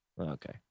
Okay